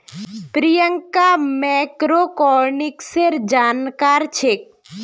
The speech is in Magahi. प्रियंका मैक्रोइकॉनॉमिक्सेर जानकार छेक्